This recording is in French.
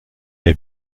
est